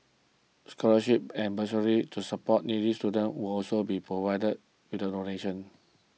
scholarships and bursaries to support needy students will also be provided with donation